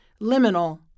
liminal